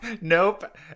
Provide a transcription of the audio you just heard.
Nope